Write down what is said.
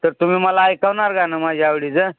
तर तुम्ही मला ऐकवणार गाणं माझ्या आवडीचं